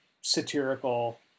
satirical